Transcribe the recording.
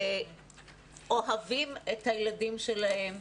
אוהבים את הילדים שלהם.